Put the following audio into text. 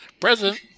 Present